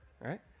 right